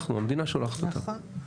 אנחנו, המדינה שולחת אותם.